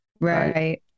Right